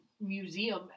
Museum